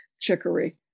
chicory